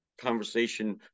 conversation